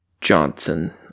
Johnson